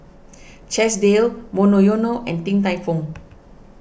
Chesdale Monoyono and Din Tai Fung